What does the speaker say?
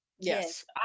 Yes